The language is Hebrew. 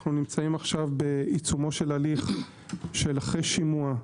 אנו נמצאים עכשיו בעיצומו של הליך של אחרי שימוע,